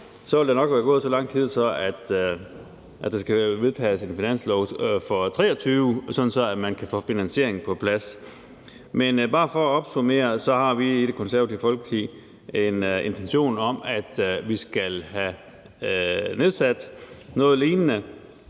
vil der nok være gået så lang tid, at der skal vedtages en finanslov for 2023, så man kan få finansieringen på plads. Men bare for at opsummere, så har vi i Det Konservative Folkeparti en intention om, at vi skal have nedsat noget lignende.